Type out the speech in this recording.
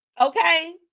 Okay